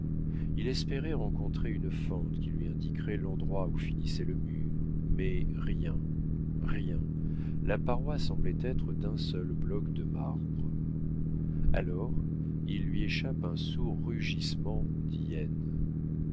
il espérait rencontrer une fente qui lui indiquerait l'endroit où finissait le mur mais rien rien la paroi semblait être d'un seul bloc de marbre alors il lui échappe un sourd rugissement d'hyène